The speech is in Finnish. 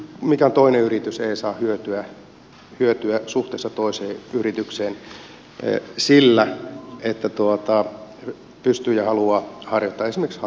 mikään toinen yritys ei saa hyötyä suhteessa toiseen yritykseen sillä että pystyy ja haluaa harjoittaa esimerkiksi harmaata taloutta